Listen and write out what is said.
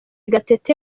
gatete